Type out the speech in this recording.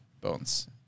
Bones